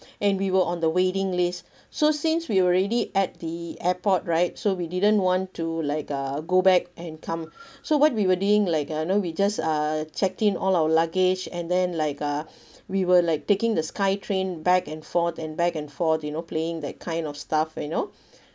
and we were on the waiting list so since we already at the airport right so we didn't want to like uh go back and come so what we were doing like you know we just uh checked in all our luggage and then like uh we were like taking the sky train back and forth and back and forth you know playing that kind of stuff you know